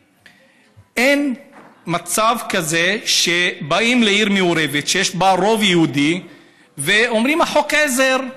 אין מצב כזה שבאים לעיר מעורבת שיש בה רוב יהודי ואומרים: חוק עזר,